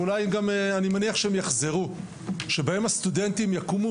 ואני מניח שהן גם יחזרו, שבהן הסטודנטים יקומו